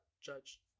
judge